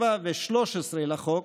7 ו-13 לחוק,